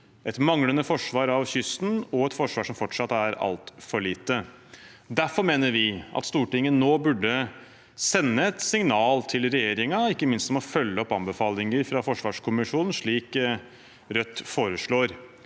et manglende forsvar av kysten og et forsvar som fortsatt er altfor lite. Derfor mener vi at Stortinget nå burde sende et signal til regjeringen, ikke minst om å følge opp anbefalinger fra forsvarskommisjonen, slik Rødt foreslår.